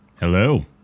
Hello